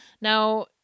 now